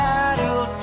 Battle